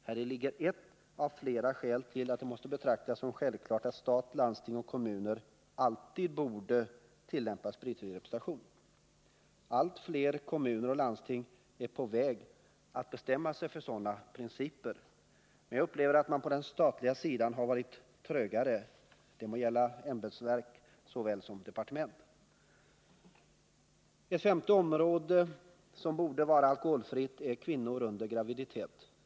Häri ligger ett av flera skäl till att det måste betraktas som självklart att stat, landsting och kommuner alltid borde tillämpa alkoholfri representation. Allt fler kommuner och landsting är på väg att bestämma sig för sådana principer. Men jag upplever att man på den statliga sidan har varit trögare — det gäller såväl ämbetsverk som departement. Ett femte område som borde vara alkoholfritt gäller kvinnor under graviditet.